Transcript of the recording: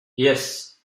yes